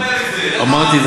אמרתי,